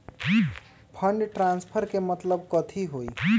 Fund transfer के मतलब कथी होई?